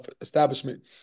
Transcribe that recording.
establishment